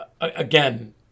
Again